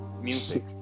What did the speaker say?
music